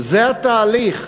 זה התהליך.